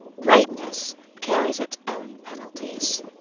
greatness carries its own penalties.